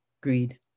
greed